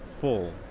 full